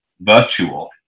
virtual